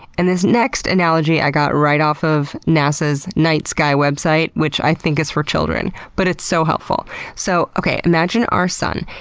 and this next analogy i got right off of nasa's night sky website, which i think is for children, but it's so helpful so imagine our sun.